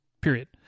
period